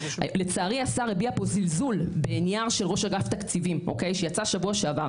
לצערי השר הביע פה זלזול בנייר של ראש אגף תקציבים שיצא שבוע שעבר,